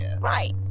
Right